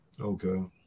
Okay